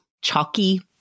chalky